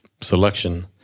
selection